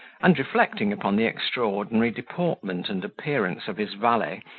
and reflecting upon the extraordinary deportment and appearance of his valet,